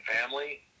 family